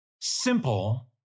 simple